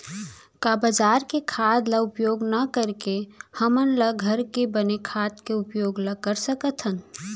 का बजार के खाद ला उपयोग न करके हमन ल घर के बने खाद के उपयोग ल कर सकथन?